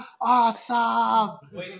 awesome